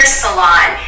salon